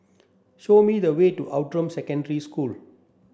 show me the way to Outram Secondary School